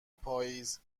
پاییز